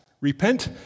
Repent